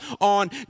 on